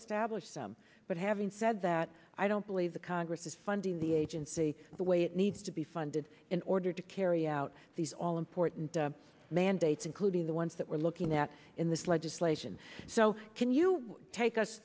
establish some but having said that i don't believe the congress is funding the agency the way it needs to be funded in order to carry out these all important mandates including the ones that we're looking at in this legislation so can you take us